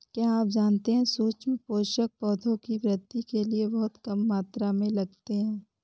क्या आप जानते है सूक्ष्म पोषक, पौधों की वृद्धि के लिये बहुत कम मात्रा में लगते हैं?